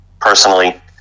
personally